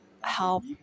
help